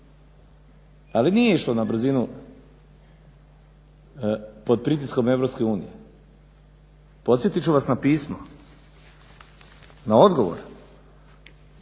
Ali nije išlo na brzinu pod pritiskom EU. Podsjetit ću vas na pismo, na odgovor